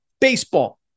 baseball